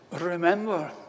remember